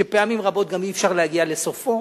שפעמים רבות גם אי-אפשר להגיע לסופו.